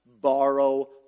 borrow